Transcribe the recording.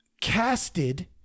casted